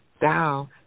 thou